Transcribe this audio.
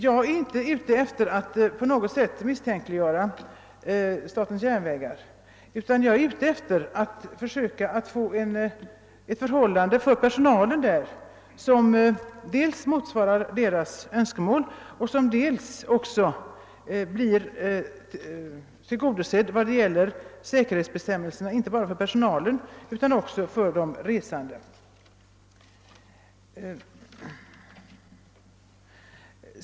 Jag är inte på något sätt ute efter att misstänkliggöra statens järnvägar, utan jag vill försöka få till stånd förhållanden för personalen som dels motsvarar deras önskemål, dels tillgodoser säkerhetsbestämmelserna inte bara för personalen utan också för de resande.